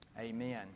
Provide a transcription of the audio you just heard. Amen